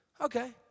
Okay